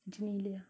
genelia